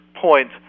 point